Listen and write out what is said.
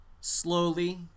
slowly